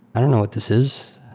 i don't know what this is,